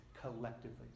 collectively